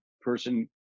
person